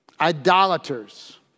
Idolaters